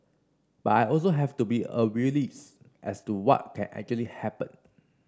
but I also have to be a realist as to what can actually happen